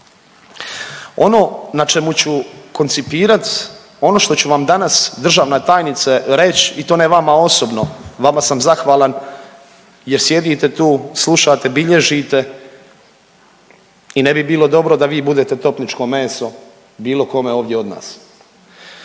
Ono na čemu ću koncipirat, ono što ću vam danas državna tajnice reć i to ne vama osobno, vama sam zahvalan jer sjedite tu, slušate, bilježite i ne bi bilo dobro da vi budete topničko meso bilo kome ovdje od nas.